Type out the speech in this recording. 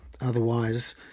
Otherwise